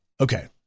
Okay